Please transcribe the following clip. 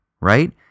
right